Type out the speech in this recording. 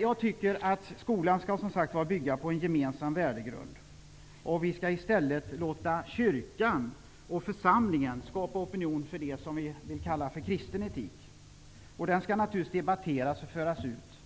Jag tycker att skolan skall bygga på en gemensam värdegrund, och vi skall i stället låta kyrkan och församlingen skapa opinion för det som vi vill kalla kristen etik. Den skall naturligtvis debatteras och föras ut,